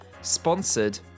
sponsored